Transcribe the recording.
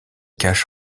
cache